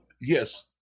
yes